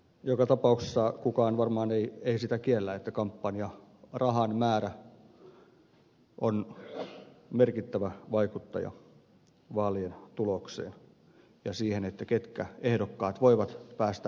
joka tapauksessa kukaan varmaan ei sitä kiellä että kampanjarahan määrä on merkittävä vaikuttaja vaalien tulokseen ja siihen ketkä ehdokkaat voivat päästä esille